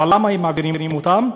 אבל למה מעבירים אותם?